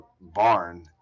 barn